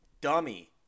dummy